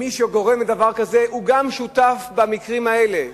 מי שגורם לדבר כזה הוא גם שותף במקרים האלה.